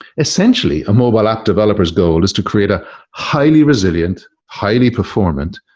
essentially, a mobile app developer's goal is to create a highly-resilient, highly-performant,